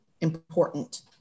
important